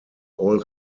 all